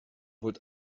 wordt